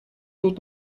тут